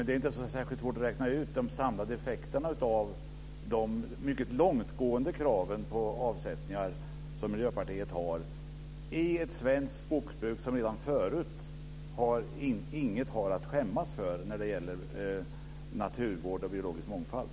Det är inte så särskilt svårt att räkna ut de samlade effekterna av de mycket långtgående krav på avsättningar som Miljöpartiet har i ett svenskt skogsbruk som redan tidigare inte har något att skämmas för när det gäller naturvård och biologisk mångfald.